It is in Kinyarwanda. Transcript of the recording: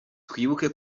twibuke